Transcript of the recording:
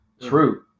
true